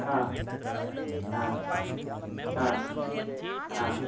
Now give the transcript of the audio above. ह ह आ आ